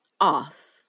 off